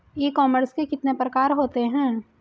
ई commerce के कितने प्रकार होते हैं?